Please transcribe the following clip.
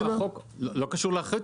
לא קשור לאחריות,